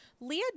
Leah